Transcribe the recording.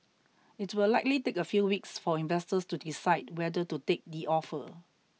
it will likely take a few weeks for investors to decide whether to take the offer